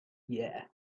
yeah